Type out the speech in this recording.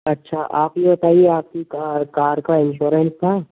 अच्छा आप यह बताइए आपकी कार कार का इंश्योरेंस था